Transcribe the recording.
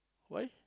why